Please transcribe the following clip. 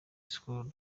skol